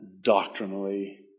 doctrinally